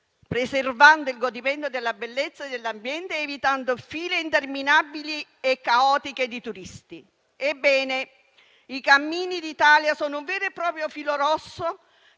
preservando il godimento della bellezza dell'ambiente ed evitando file interminabili e caotiche di turisti. Ebbene, i cammini d'Italia sono un vero e proprio filo rosso